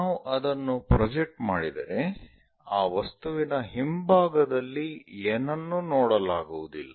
ನಾವು ಅದನ್ನು ಪ್ರೊಜೆಕ್ಟ್ ಮಾಡಿದರೆ ಆ ವಸ್ತುವಿನ ಹಿಂಭಾಗದಲ್ಲಿ ಏನನ್ನೂ ನೋಡಲಾಗುವುದಿಲ್ಲ